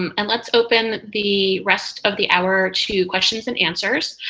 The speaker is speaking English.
um and let's open the rest of the hour to questions and answers.